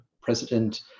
President